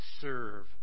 serve